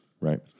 right